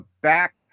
Back